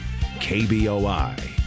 kboi